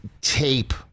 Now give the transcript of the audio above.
tape